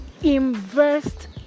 invest